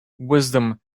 wisdom